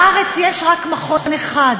בארץ יש רק מכון אחד.